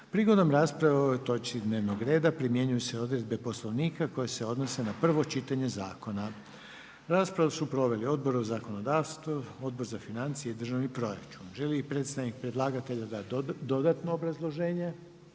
Prigodom rasprave o ovoj točci dnevnog reda primjenjuju se odredbe Poslovnika koje se odnose na prvo čitanje zakona. Raspravu su proveli Odbor za zakonodavstvo, Odbor za financije i državni proračun. Želi li predstavnik predlagatelja dati dodatno obrazloženje?